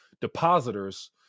depositors